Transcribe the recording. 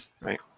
Right